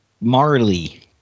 Marley